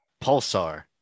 pulsar